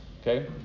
Okay